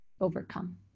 overcome